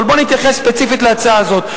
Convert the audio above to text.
אבל בוא נתייחס ספציפית להצעה הזאת.